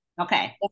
Okay